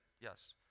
yes